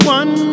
one